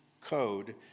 code